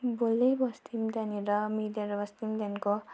बोलि बस्थ्यौँ त्यहाँनिर मिलेर बस्थ्यौँ त्यहाँदेखिको